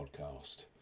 podcast